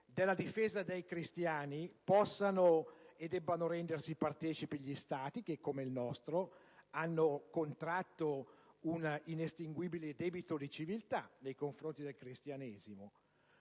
della difesa dei cristiani possano e debbano rendersi partecipi gli Stati che, come il nostro, hanno contratto un inestinguibile debito di civiltà nei confronti del cristianesimo.